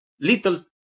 little